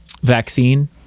vaccine